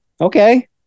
Okay